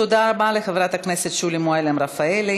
תודה רבה לחברת הכנסת שולי מועלם-רפאלי.